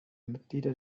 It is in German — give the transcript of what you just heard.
mitglieder